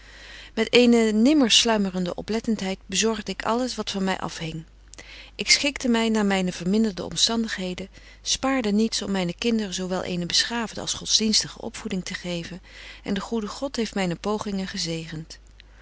met eene nimmer sluimerende oplettentheid bezorgde ik alles wat van my afhing ik schikbetje wolff en aagje deken historie van mejuffrouw sara burgerhart te my naar myne verminderde omstandigheden spaarde niets om myne kinderen zo wel eene beschaafde als godsdienstige opvoeding te geven en de goede god heeft myne pogingen gezegent